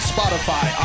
Spotify